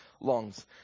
lungs